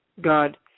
God